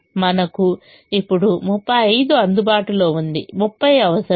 మనకు ఇప్పుడు 35 అందుబాటులో ఉంది 30 అవసరం